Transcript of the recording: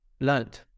learned